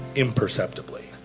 imperceptibly.